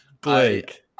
Blake